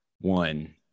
one